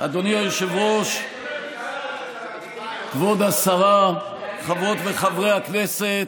אדוני היושב-ראש, כבוד השרה, חברות וחברי הכנסת,